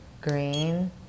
Green